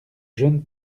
jeune